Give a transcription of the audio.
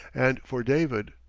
and for david?